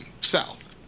south